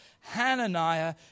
Hananiah